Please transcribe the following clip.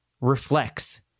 reflects